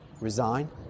resign